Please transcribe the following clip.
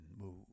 move